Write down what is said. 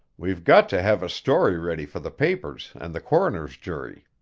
we've got to have a story ready for the papers and the coroner's jury.